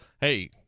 hey